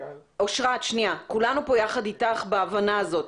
אושרת, כולנו פה יחד איתך בהבנה הזאת.